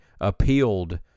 appealed